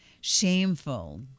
shameful